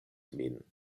min